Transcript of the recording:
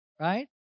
right